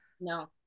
No